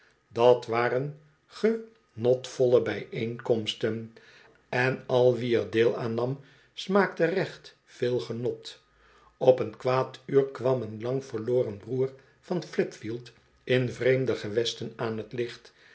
dat waren genotvolle bijeenkomsten en al wie er deel aan nam smaakte recht veel genot op een kwaad uur kwam een lang verloren broer van flipfield in vreemde gewesten aan t licht